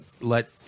let